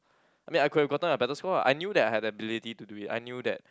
I mean I could have gotten a better score ah I knew that I have the ability to do it I knew that